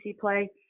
play